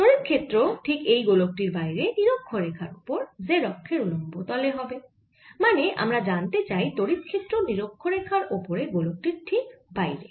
তড়িৎ ক্ষেত্র ঠিক এই গোলক টির বাইরে নিরক্ষরেখার ওপর z অক্ষের উল্লম্ব তলে হবে মানে আমরা জানতে চাই তড়িৎ ক্ষেত্র নিরক্ষরেখার ওপরে গোলক টির ঠিক বাইরে